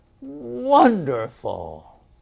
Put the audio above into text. Wonderful